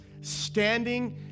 standing